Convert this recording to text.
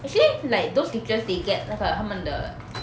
actually like those teachers they get 那个他们的